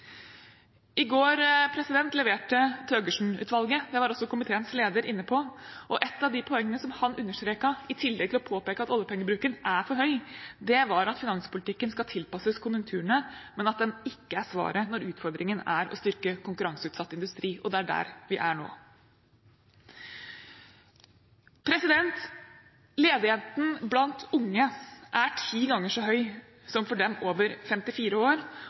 i spill. I går leverte Thøgersen-utvalget sin rapport – det var også komiteens leder inne på. Et av de poengene som Thøgersen understreket, i tillegg til å påpeke at oljepengebruken er for høy, var at finanspolitikken skal tilpasses konjunkturene, men at den ikke er svaret når utfordringen er å styrke konkurranseutsatt industri. Det er der vi er nå. Ledigheten blant unge er ti ganger så høy som for dem over 54 år,